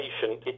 patient